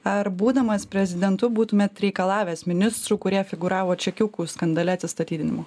ar būdamas prezidentu būtumėt reikalavęs ministrų kurie figūravo čekiuku skandale atsistatydinimu